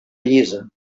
llisa